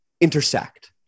intersect